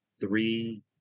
three